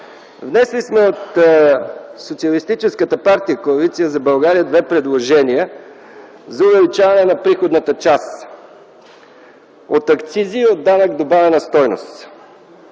господа! От Социалистическата партия и Коалиция за България сме внесли две предложения за увеличаване на приходната част от акцизи и от данък добавена стойност